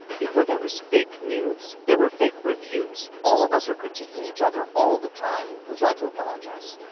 before there was fake news, there were fake reviews. all of us are critiquing each other all the time. we'd like to apologize?